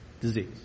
disease